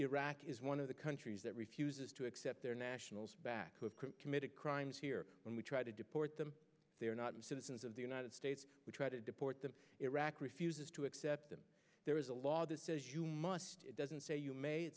iraq is one of the countries that refuses to accept their nationals back with committed crimes here when we try to deport them they are not citizens of the united states we try to deport them iraq refuses to accept them there is a law that says you must it doesn't say you may it